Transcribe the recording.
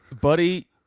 Buddy